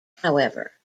however